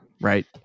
right